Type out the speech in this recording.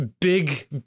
big